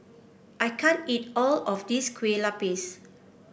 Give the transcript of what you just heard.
I can't eat all of this Kue Lupis